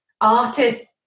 artist